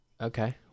Okay